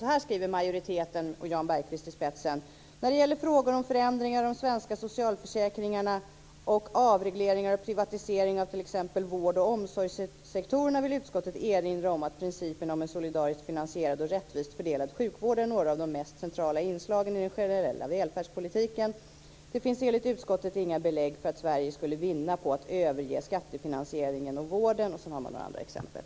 Så här skriver majoriteten med Jan Bergqvist i spetsen: "När det gäller frågor om förändringar av de svenska socialförsäkringarna och avregleringar och privatiseringar av t.ex. vård och omsorgssektorerna vill utskottet erinra om att principerna om en solidariskt finansierad och rättvist fördelad sjukvård är några av de mest centrala inslagen i den generella välfärdspolitiken. Det finns enligt utskottet heller inga belägg för att Sverige skulle vinna på att överge skattefinansieringen av vården." Sedan har man några andra exempel.